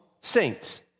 saints